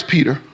Peter